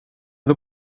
the